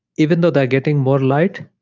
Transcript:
even though they're getting more light,